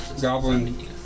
Goblin